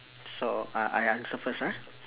so I I answer first ah